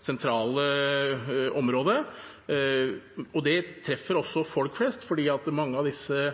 sentrale områder. Det treffer også folk flest, for mange av disse